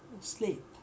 sleep